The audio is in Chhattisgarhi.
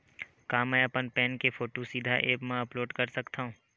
का मैं अपन पैन के फोटू सीधा ऐप मा अपलोड कर सकथव?